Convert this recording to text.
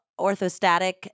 orthostatic